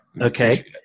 Okay